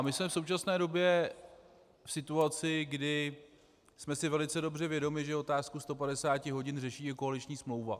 My jsme v současné době v situaci, kdy jsme si velice dobře vědomi, že otázku 150 hodin řeší koaliční smlouva.